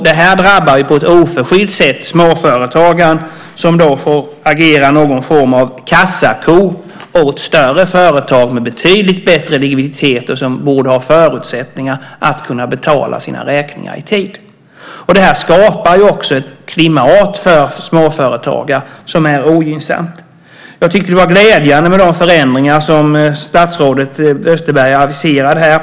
Det drabbar på ett oförskyllt sätt småföretagaren, som får agera någon form av kassako åt större företag med betydligt bättre likviditet som borde ha förutsättningar att betala sina räkningar i tid. Det skapar ett klimat för småföretagare som är ogynnsamt. Jag tyckte att det var glädjande med de förändringar som statsrådet Österberg aviserade här.